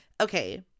okay